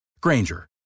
Granger